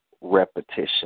repetition